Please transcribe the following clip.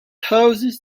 houses